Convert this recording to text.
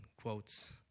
quotes